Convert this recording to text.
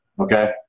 Okay